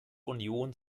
union